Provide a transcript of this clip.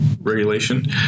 regulation